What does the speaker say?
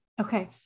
Okay